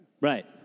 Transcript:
Right